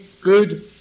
good